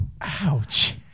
Ouch